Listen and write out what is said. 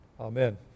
Amen